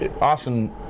awesome